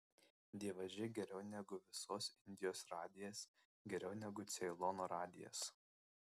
dievaži geriau negu visos indijos radijas geriau negu ceilono radijas